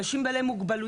אנשים בעלי מוגבלויות